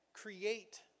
create